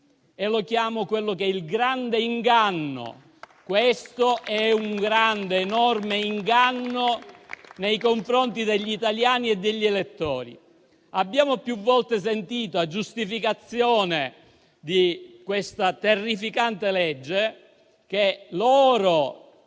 e la chiamo il grande inganno. Questo è un grande, enorme inganno nei confronti degli italiani e degli elettori. Abbiamo più volte sentito, a giustificazione di questa terrificante legge, che loro,